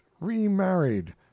remarried